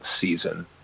season